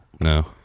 No